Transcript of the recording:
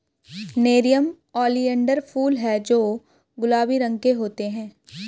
nerium oleander फूल हैं जो गुलाबी रंग के होते हैं